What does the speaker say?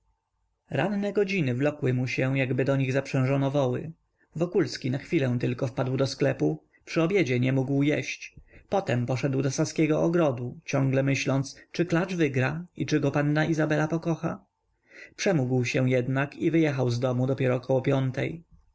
ranne godziny wlokły mu się jakby do nich zaprzężono woły wokulski na chwilę tylko wpadł do sklepu przy obiedzie nie mógł jeść potem poszedł do saskiego ogrodu ciągle myśląc czy klacz wygra i czy go panna izabela pokocha przemógł się jednak i wyjechał z domu dopiero około piątej